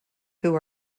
who